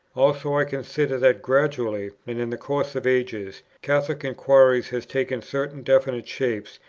also, i consider that, gradually and in the course of ages, catholic inquiry has taken certain definite shapes,